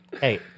Hey